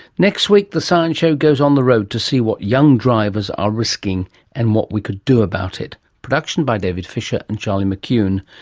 next week the science show goes on the road to see what young drivers are risking and what we could do about it. production by david fisher and charlie mccune.